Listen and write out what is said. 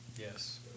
Yes